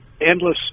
endless